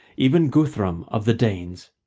even guthrum of the danes,